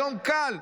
היום קל,